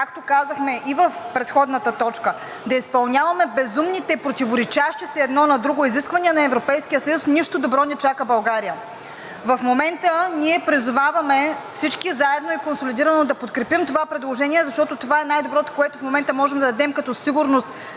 както казахме и в предходната точка, да изпълняваме безумните, противоречащи си едно на друго изисквания на Европейския съюз, нищо добро не чака България. В момента ние призоваваме всички заедно и консолидирано да подкрепим това предложение, защото това е най-доброто, което в момента можем да дадем като сигурност